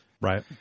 Right